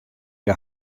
hja